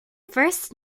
first